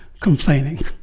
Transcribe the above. complaining